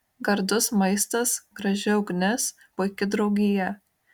gardus maistas graži ugnis puiki draugija